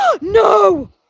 No